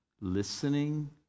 listening